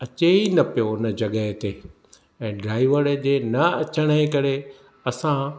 अचे ई न पियो उन जॻहि ते ऐं ड्राईवर जे न अचण जे करे असां